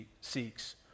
seeks